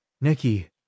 Nikki